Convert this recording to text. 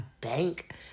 bank